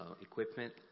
equipment